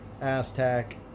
aztec